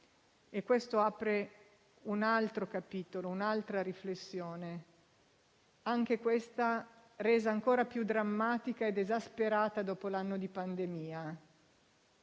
E questo apre un altro capitolo, un'altra riflessione, anch'essa resa ancora più drammatica ed esasperata dopo l'anno di pandemia: